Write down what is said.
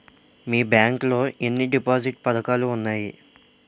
మీ bank లో ఎన్ని deposit పథకాలు ఉన్నాయి?